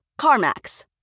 CarMax